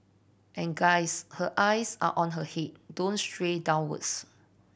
and guys her eyes are on her head don't stray downwards